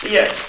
Yes